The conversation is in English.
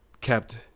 kept